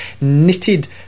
knitted